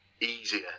easier